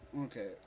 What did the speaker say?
Okay